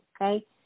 okay